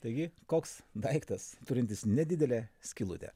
taigi koks daiktas turintis nedidelę skylutę